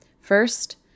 First